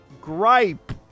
gripe